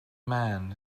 man